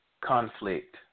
conflict